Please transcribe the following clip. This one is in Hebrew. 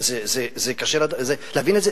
קשה להבין את זה?